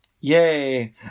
Yay